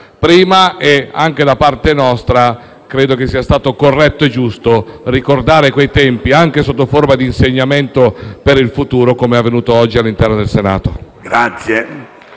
Fedeli e, anche da parte nostra, credo sia stato corretto e giusto ricordare quei tempi, anche sotto forma di insegnamento per il futuro, come è avvenuto oggi all'interno del Senato.